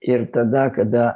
ir tada kada